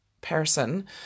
person